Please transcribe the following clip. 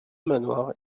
manoirs